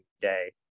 day